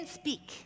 speak